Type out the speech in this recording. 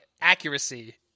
accuracy